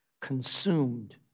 consumed